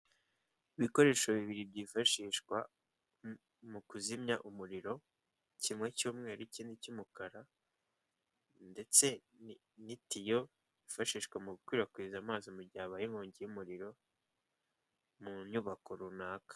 Ibikoresho bibiri byifashishwa mu kuzimya umuriro kimwe cy'umweru Ikindi cy'umukara, ndetse n'itiyo yifashishwa mu gukwirakwiza amazi mu gihe habaye inkongi y'umuriro mu nyubako runaka.